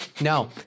No